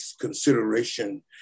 consideration